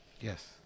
Yes